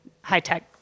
high-tech